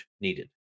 needed